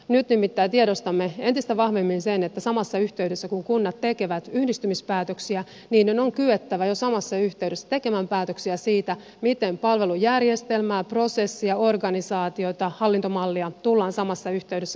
nyt nimittäin tiedostamme entistä vahvemmin sen että jo samassa yhteydessä kun kunnat tekevät yhdistymispäätöksiä niiden on kyettävä tekemään päätöksiä siitä miten palvelujärjestelmää prosessia organisaatiota hallintomallia tullaan samassa yhteydessä uudistamaan